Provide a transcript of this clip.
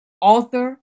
author